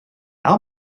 how